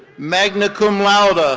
magna cum laude, ah